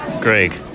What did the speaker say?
Greg